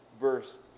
verse